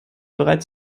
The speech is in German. bereits